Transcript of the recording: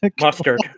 Mustard